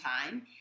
time